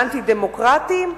לאנטי-דמוקרטים.